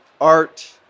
art